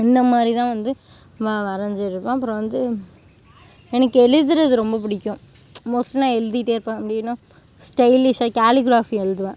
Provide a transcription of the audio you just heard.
இந்த மாதிரிதான் வந்து நான் வரைஞ்சிருவேன் அப்புறம் வந்து எனக்கு எழுதுவது ரொம்ப பிடிக்கும் மோஸ்ட்லி நான் எழுதிகிட்டே இருப்பேன் அப்படினா ஸ்டைலீஷாக கேலிக்ராஃபி எழுதுவேன்